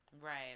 Right